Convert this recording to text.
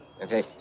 Okay